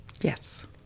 yes